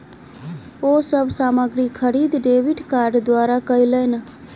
ओ सब सामग्री खरीद डेबिट कार्ड द्वारा कयलैन